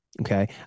Okay